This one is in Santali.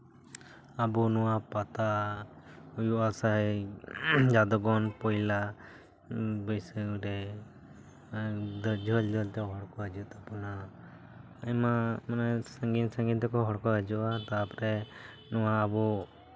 ᱟᱵᱚ ᱱᱚᱣᱟ ᱯᱟᱛᱟ ᱦᱩᱭᱩᱜᱼᱟ ᱥᱮ ᱡᱟᱫᱽᱜᱚᱱ ᱯᱚᱭᱞᱟ ᱵᱟᱹᱭᱥᱟᱹᱠᱷ ᱨᱮ ᱡᱷᱟᱹᱞ ᱡᱷᱟᱹᱞ ᱛᱮ ᱦᱚᱲ ᱠᱚ ᱦᱤᱡᱩᱜ ᱛᱟᱵᱚᱱᱟ ᱟᱭᱢᱟ ᱥᱟᱺᱜᱤᱧ ᱥᱟᱺᱜᱤᱧ ᱛᱮᱠᱚ ᱦᱚᱲ ᱠᱚ ᱦᱤᱡᱩᱜᱼᱟ ᱛᱟᱨᱯᱚᱨᱮ ᱱᱚᱣᱟ ᱟᱵᱚ